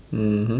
mmhmm